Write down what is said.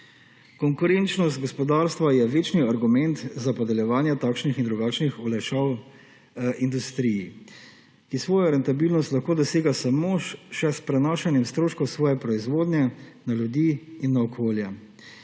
Konkurenčnost gospodarstva je večni argument za podeljevanje takšnih in drugačnih olajšav industriji, ki svojo rentabilnost lahko dosega samo še s prenašanjem stroškov svoje proizvodnje na ljudi in na okolje.